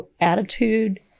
attitude